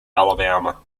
alabama